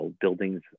buildings